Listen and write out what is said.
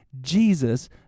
jesus